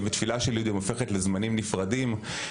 ותפילה של יהודים הופכת לזמנים נפרדים.